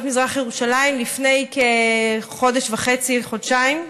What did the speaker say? מזרח ירושלים לפני כחודש וחצי-חודשיים,